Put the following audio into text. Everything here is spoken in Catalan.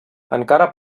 encara